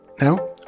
Now